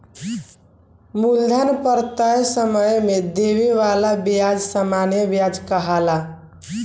मूलधन पर तय समय में देवे वाला ब्याज सामान्य व्याज कहाला